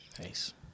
Nice